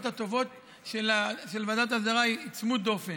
הטובות של ועדת ההסדרה היא צמוד-דופן.